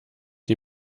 die